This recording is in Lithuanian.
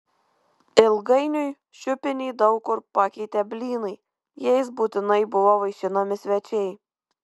ilgainiui šiupinį daug kur pakeitė blynai jais būtinai buvo vaišinami svečiai